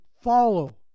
follow